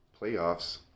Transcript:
playoffs